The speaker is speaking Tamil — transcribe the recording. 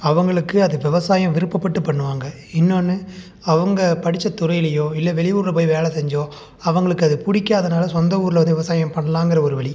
அவங்களுக்கு அது விவசாயம் விருப்பப்பட்டு பண்ணுவாங்க இன்னொன்று அவங்க படித்த துறையிலேயோ இல்லை வெளி ஊரில் போய் வேலை செஞ்சோ அவங்களுக்கு அது பிடிக்காதனால சொந்த ஊரில் வந்து விவசாயம் பண்ணலாங்கற ஒரு வழி